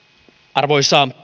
arvoisa